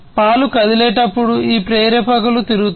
పాలు కదిలేటప్పుడు ఈ ప్రేరేపకులు తిరుగుతారు